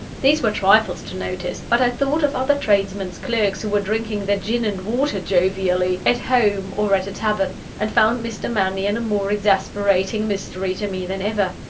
these were trifles to notice but i thought of other tradesmen's clerks who were drinking their gin-and-water jovially, at home or at a tavern, and found mr. mannion a more exasperating mystery to me than ever.